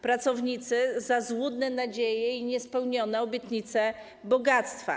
Pracowników - za złudne nadzieje i niespełnione obietnice bogactwa.